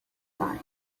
time